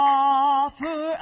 offer